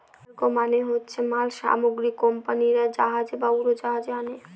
cargo মানে হচ্ছে মাল সামগ্রী কোম্পানিরা জাহাজে বা উড়োজাহাজে আনে